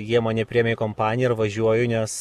jie mane priėmė į kompaniją ir važiuoju nes